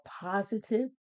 positive